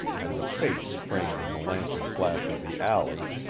and the face framed in the lantern-flash of the alley,